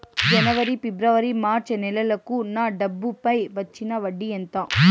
జనవరి, ఫిబ్రవరి, మార్చ్ నెలలకు నా డబ్బుపై వచ్చిన వడ్డీ ఎంత